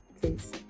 please